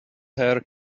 hair